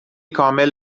کامل